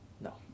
No